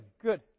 good